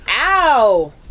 Ow